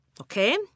okay